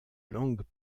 langues